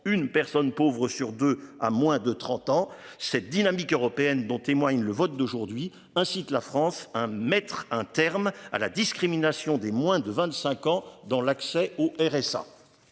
une personne pauvre sur deux à moins de 30 ans, cette dynamique européenne dont témoigne le vote d'aujourd'hui ainsi que la France hein. Mettre un terme à la discrimination des moins de 25 ans dans l'accès au RSA.